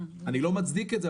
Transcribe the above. אני לא מצדיק את זה,